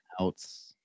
outs